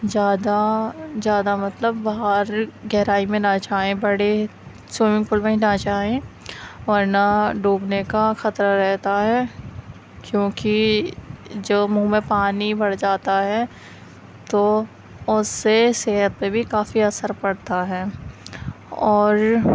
زیادہ زیادہ مطلب باہر گہرائی میں نہ جائیں بڑے سوئمنگ پُل میں نہ جائیں ورنہ ڈوبنے کا خطرہ رہتا ہے کیونکہ جو منہ میں پانی بھر جاتا ہے تو اس سے صحت پہ بھی کافی اثر پڑتا ہے اور